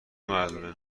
مردونه